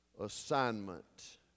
assignment